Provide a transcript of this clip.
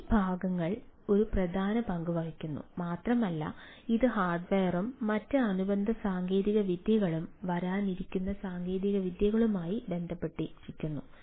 ഈ ഭാഗങ്ങൾ ഒരു പ്രധാന പങ്ക് വഹിക്കുന്നു മാത്രമല്ല ഇത് ഹാർഡ്വെയറും മറ്റ് അനുബന്ധ സാങ്കേതികവിദ്യകളും വരാനിരിക്കുന്ന സാങ്കേതികവിദ്യകളുമായി ബന്ധപ്പെട്ടിരിക്കുന്നു